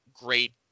great